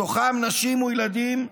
בתוכם נשים וילדים,